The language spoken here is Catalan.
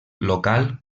local